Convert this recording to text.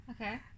Okay